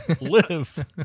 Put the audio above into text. live